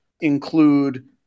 include